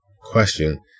Question